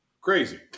crazy